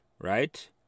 right